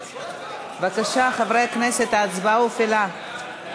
בבקשה, חברי הכנסת, ההצבעה הופעלה.